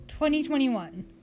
2021